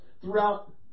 throughout